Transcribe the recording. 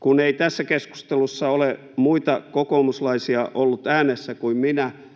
Kun ei tässä keskustelussa ole muita kokoomuslaisia ollut äänessä kuin minä,